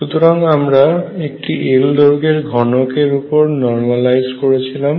সুতরাং আমরা একটি L দৈর্ঘ্যের ঘনক এর উপর নর্মালাইজড করেছিলাম